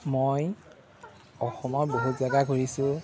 মই অসমৰ বহুত জেগা ঘূৰিছোঁ